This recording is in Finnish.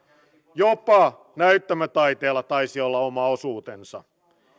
jopa näyttämötaiteella taisi olla oma osuutensa